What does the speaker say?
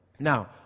Now